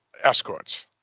escorts